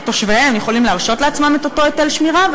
שתושביהן יכולים להרשות לעצמם את אותו היטל שמירה,